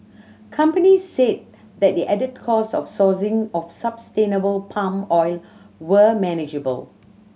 companies said that the added costs of sourcing of sustainable palm oil were manageable